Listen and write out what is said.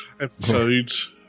episodes